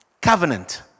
covenant